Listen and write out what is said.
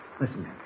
Listen